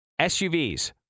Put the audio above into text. SUVs